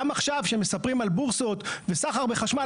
גם עכשיו כשהם מספרים על בורסות וסחר בחשמל,